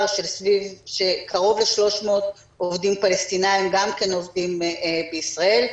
של קרוב ל-300 עובדים פלסטינים שעובדים בישראל.